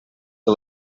que